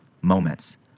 moments